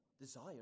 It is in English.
desire